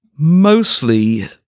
Mostly